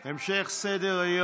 חוקה, חוק ומשפט.